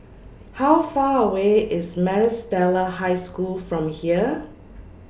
How Far away IS Maris Stella High School from here